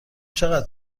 چقدر